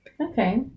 Okay